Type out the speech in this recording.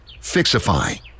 Fixify